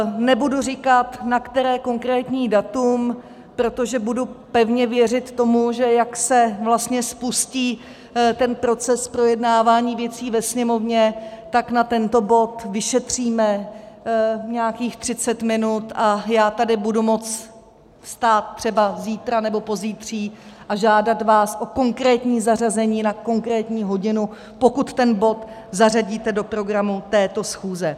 Nebudu říkat, na které konkrétní datum, protože budu pevně věřit tomu, že jak se vlastně spustí ten proces projednávání věcí ve Sněmovně, tak na tento bod vyšetříme nějakých třicet minut a já tady budu moci stát třeba zítra nebo pozítří a žádat vás konkrétně o zařazení na konkrétní hodinu, pokud ten bod zařadíte do programu této schůze.